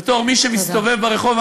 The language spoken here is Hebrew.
בתור מי שמסתובב ברחוב,